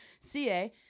CA